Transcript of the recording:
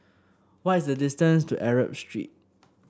what is the distance to Arab Street